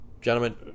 gentlemen